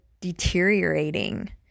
deteriorating